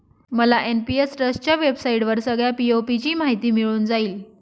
मला एन.पी.एस ट्रस्टच्या वेबसाईटवर सगळ्या पी.ओ.पी ची माहिती मिळून जाईल